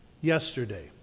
Yesterday